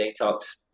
detox